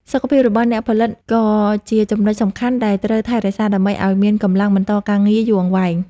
សុខភាពរបស់អ្នកផលិតក៏ជាចំណុចសំខាន់ដែលត្រូវថែរក្សាដើម្បីឱ្យមានកម្លាំងបន្តការងារយូរអង្វែង។